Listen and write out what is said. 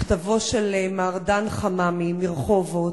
מכתבו של מר דן חממי מרחובות,